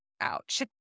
ouch